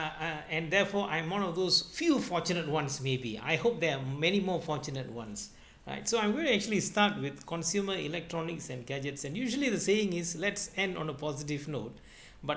ah ah and therefore I'm one of those few fortunate ones may be I hope there are many more fortunate ones right so I'm going to actually start with consumer electronics and gadgets and usually the saying is let's end on a positive note but